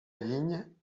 ligne